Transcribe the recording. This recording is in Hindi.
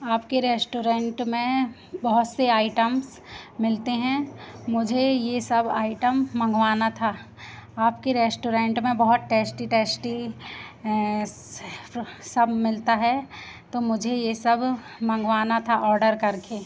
आपके रेश्टोरेंट में बहुत से आइटम्स मिलते हैं मुझे ये सब आइटम मँगवाना था आपके रेश्टोरेंट में बहुत टेस्टी टेस्टी सब मिलता है तो मुझे ये सब मँगवाना था ऑडर करके